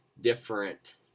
different